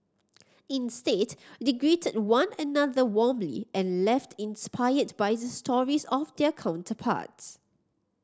instead they greeted one another warmly and left inspired by the stories of their counterparts